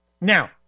Now